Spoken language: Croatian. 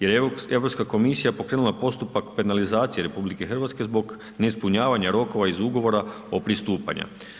Jer je Europska komisija pokrenula postupak penalizacije RH zbog ne ispunjavanja rokova iz ugovora o pristupanju.